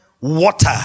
Water